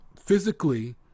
physically